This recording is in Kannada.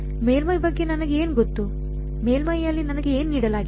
ಮೇಲ್ಮೈ ಬಗ್ಗೆ ನನಗೆ ಏನು ಗೊತ್ತು ಮೇಲ್ಮೈಯಲ್ಲಿ ನನಗೆ ಏನು ನೀಡಲಾಗಿದೆ